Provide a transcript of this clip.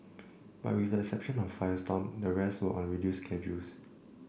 but with the exception of firestorm the rest were on reduced schedules